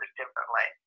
differently